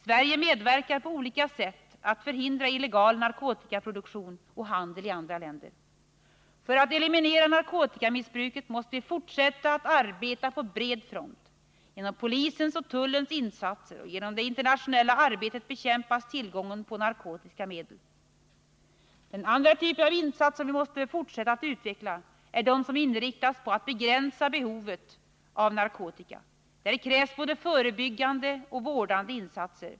Sverige medverkar på olika sätt till att hindra illegal produktion av och handel med narkotika i andra länder. För att eliminera narkotikamissbruket måste vi fortsätta att arbeta på bred front. Genom polisens och tullens insatser och genom det internationella arbetet bekämpas tillgången på narkotiska medel. Den andra typen av insatser som vi måste fortsätta att utveckla är den som inriktas på att begränsa behovet av narkotika. Där krävs både förebyggande och vårdande insatser.